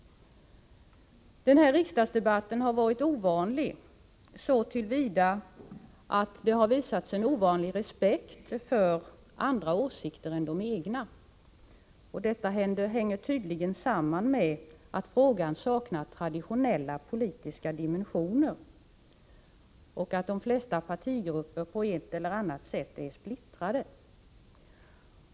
Den här riksdagsdebatten har varit ovanlig så till vida att det har visats en ovanlig respekt för andra åsikter än de egna. Detta hänger tydligen samman med att frågan saknar traditionella politiska dimensioner och att de flesta partigrupper på ett eller annat sätt är splittrade.